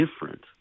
different